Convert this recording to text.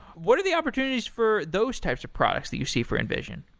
what are the opportunities for those type of products that you see for invision?